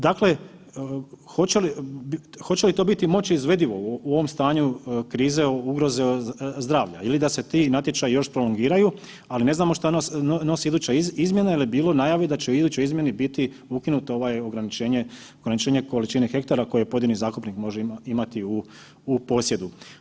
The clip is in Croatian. Dakle hoće li to biti moći izvedivo u ovom stanju krize, ugroze od zdravlja ili da se ti natječaji još prolongiraju, ali ne znamo šta nosi iduća izmjena jer je bilo najave da će u idućoj izmjeni biti ukinuto ovo ograničenje količine hektara koje pojedini zakupnik može imati u posjedu.